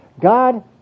God